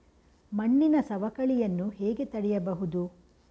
ಮಣ್ಣಿನ ಸವಕಳಿಯನ್ನು ಹೇಗೆ ತಡೆಯಬಹುದು?